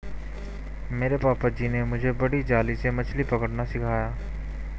मेरे पापा जी ने मुझे बड़ी जाली से मछली पकड़ना सिखाया